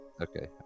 okay